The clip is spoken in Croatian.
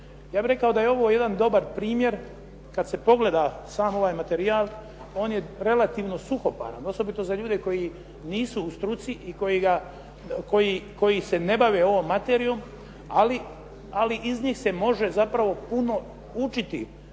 Ja bih rekao da je ovo jedan dobar primjer kad se pogleda sam ovaj materijal, on je relativno suhoparan, osobito za ljude koji nisu u struci i koji se ne bave ovom materijom, ali iz njih se može zapravo puno učiti.